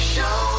Show